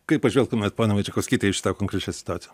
kaip pažvelgtumėt ponia vaičekauskyte į šitą konkrečią situaciją